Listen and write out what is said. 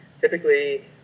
typically